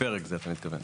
בפרק זה, אתה מתכוון.